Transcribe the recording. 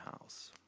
house